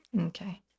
Okay